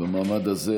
במעמד הזה,